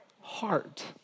heart